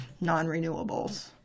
non-renewables